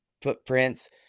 footprints